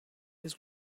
his